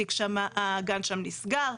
הגן שם נסגר.